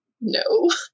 No